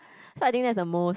so I think that's the most